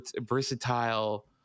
versatile